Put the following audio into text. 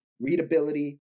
readability